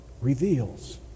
reveals